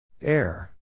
Air